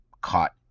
caught